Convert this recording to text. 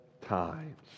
times